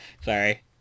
Sorry